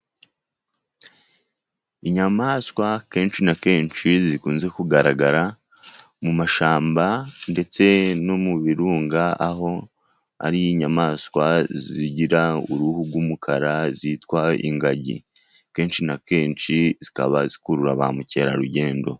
Inyamaswa kenshi na kenshi zikunze kugaragara mu mashyamba ndetse no mu birunga aho ari inyamaswa zigira uruhu rw'umukara zitwa ingagi kenshi na kenshi zikaba zikurura ba mukerarugendo.